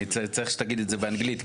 אני צריך שתגיד את זה באנגלית,